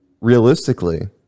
realistically